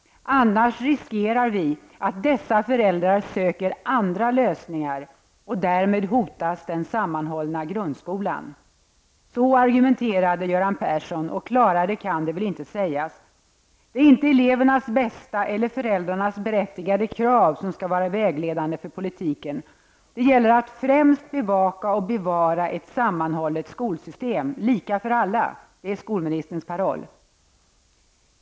''Annars riskerar vi att dessa föräldrar söker andra lösningar och därmed hotas den sammanhållna grundskolan.'' Så argumenterade Göran Persson, och klarare kan det väl inte sägas. Det är inte elevernas bästa, eller föräldrarnas berättigade krav, som skall vara vägledande för politiken. Det gäller att främst bevaka och bevara ett sammanhållet skolsystem, lika för alla. Det är skolministerns paroll.